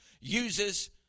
uses